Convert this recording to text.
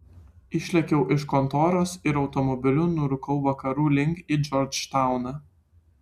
išlėkiau iš kontoros ir automobiliu nurūkau vakarų link į džordžtauną